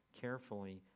carefully